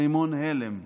רימון הלם,